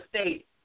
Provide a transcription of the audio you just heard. State